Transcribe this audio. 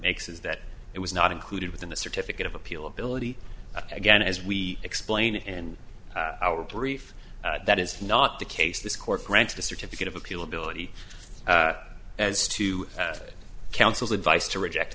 makes is that it was not included within the certificate of appeal ability again as we explain and our brief that is not the case this court granted a certificate of appeal ability as to counsel's advice to reject